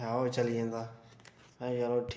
ऐं आहो चली जंदा में चलो ठीक ऐ